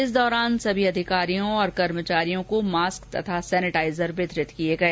इस दौरान सभी अधिकारियों कर्मचारियों को मास्क और सेनेटाइजर वितरित किए गए